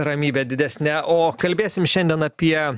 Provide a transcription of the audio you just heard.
ramybe didesne o kalbėsim šiandien apie